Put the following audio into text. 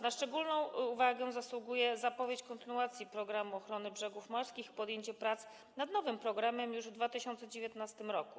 Na szczególną uwagę zasługuje zapowiedź kontynuacji „Programu ochrony brzegów morskich” i podjęcie prac nad nowym programem już w 2019 r.